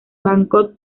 bangkok